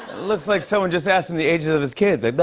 looks like someone just asked him the ages of his kids. ah.